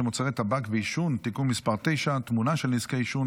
מוצרי טבק ועישון (תיקון מס' 9) (תמונה של נזקי העישון),